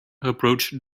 approached